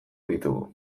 ditugu